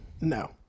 no